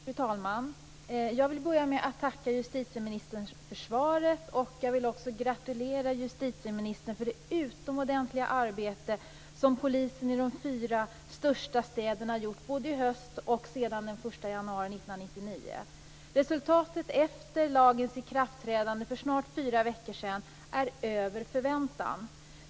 Fru talman! Jag vill börja med att tacka justitieministern för svaret. Jag vill också gratulera justitieministern till det utomordentliga arbete som polisen i de fyra största städerna har gjort, både i höstas och sedan den 1 januari 1999. Resultatet efter lagens ikraftträdande för snart fyra veckor sedan är över förväntan.